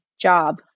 job